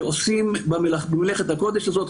שעוסקים במלאכת הקודש הזאת,